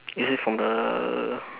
is this from the